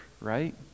right